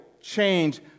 change